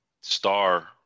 star